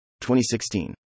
2016